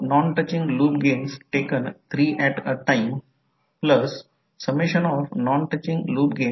v2 N2 d ∅2 dt म्हणजे chain rule वापरून N2 d ∅2 di2 di2 dt असेल म्हणून हे ∅2 N2 d ∅2 di2 di2 dt आहे